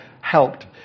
helped